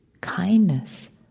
kindness